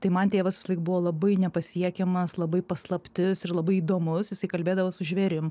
tai man tėvas visąlaik buvo labai nepasiekiamas labai paslaptis ir labai įdomus jisai kalbėdavo su žvėrim